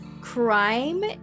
crime